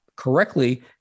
correctly